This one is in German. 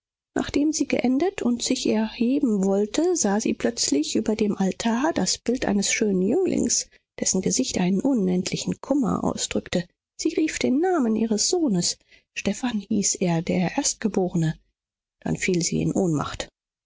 nachdem sie geendet und sich erheben wollte sah sie plötzlich über dem altar das bild eines schönen jünglings dessen gesicht einen unendlichen kummer ausdrückte sie rief den namen ihres sohnes stephan hieß er der erstgeborene dann fiel sie in ohnmacht